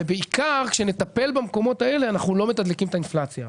ובעיקר שכשנטפל במקומות האלה אנחנו לא מתדלקים את האינפלציה.